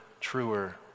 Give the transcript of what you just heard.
truer